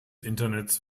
internets